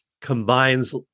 combines